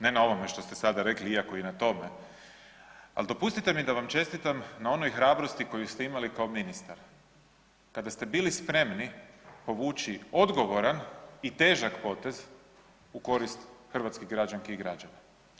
Ne na ovome što ste sada rekli, iako i na tome, ali dopustite mi da vam čestitam na onoj hrabrosti koju ste imali kao ministar, kada ste bili spremni povući odgovoran i težak potez u korist hrvatskih građanki i građana.